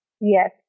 Yes